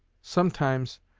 sometimes,